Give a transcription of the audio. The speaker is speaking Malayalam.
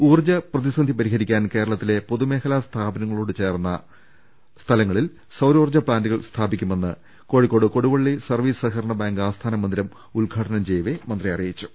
ഊർജ്ജ പ്രതിസന്ധി പരിഹരിക്കാൻ കേരളത്തിലെ പൊതുമേഖ ലാ സ്ഥാപനങ്ങളോട് ചേർന്ന് സൌരോർജ്ജ പ്ലാന്റുകൾ സ്ഥാപി ക്കുമെന്ന് കോഴിക്കോട് കൊടുവള്ളി സർവീസ് സഹകരണ ബാങ്ക് ആസ്ഥാനമന്ദിരം ഉദ്ഘാടനം ചെയ്യവെ മന്ത്രി അറിയിച്ചു